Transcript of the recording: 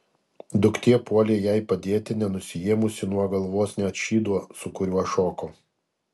duktė puolė jai padėti nenusiėmusi nuo galvos net šydo su kuriuo šoko